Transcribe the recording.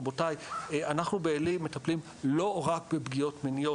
רבותיי, אנחנו באל"י מטפלים לא רק בפגיעות מיניות.